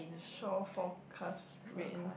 shore forecast ring